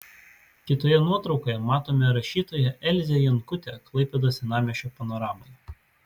kitoje nuotraukoje matome rašytoją elzę jankutę klaipėdos senamiesčio panoramoje